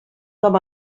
com